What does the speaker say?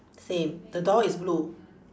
same the door is blue